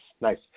nice